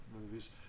movies